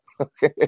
Okay